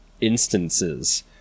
instances